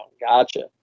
gotcha